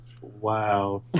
wow